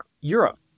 Europe